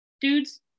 dudes